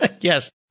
Yes